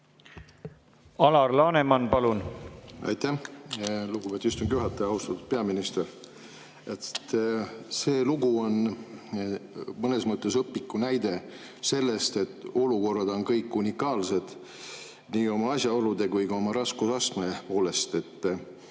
Alar Laneman, palun! Aitäh, lugupeetud istungi juhataja! Austatud peaminister! See lugu on mõnes mõttes õpikunäide selle kohta, et olukorrad on kõik unikaalsed nii asjaolude kui ka oma raskusastme poolest.